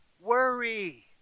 Worry